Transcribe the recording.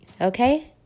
Okay